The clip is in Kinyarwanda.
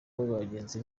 bagenzi